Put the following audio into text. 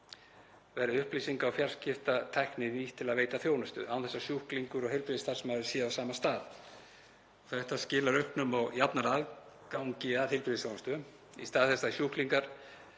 verði upplýsinga- og fjarskiptatækni nýtt til að veita þjónustu án þess að sjúklingur og heilbrigðisstarfsmaður séu á sama stað. Þetta skilar auknum og jafnari aðgangi að heilbrigðisþjónustu. Í stað þess að sjúklingar